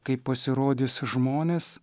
kai pasirodys žmonės